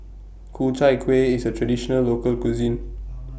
Ku Chai Kuih IS A Traditional Local Cuisine